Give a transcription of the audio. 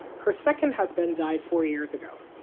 her second husband died four years ago.